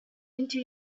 into